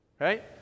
Right